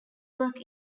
work